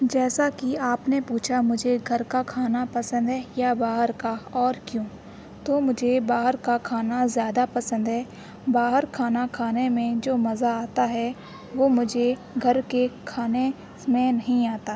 جیسا کہ آپ نے پوچھا مجھے گھر کا کھانا پسند ہے یا باہر کا اور کیوں تو مجھے باہر کا کھانا زیادہ پسند ہے باہر کھانا کھانے میں جو مزہ آتا ہے وہ مجھے گھر کے کھانے میں نہیں آتا